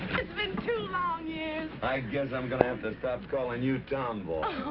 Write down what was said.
it's been two long years! i guess i'm going to have to stop calling you tomboy!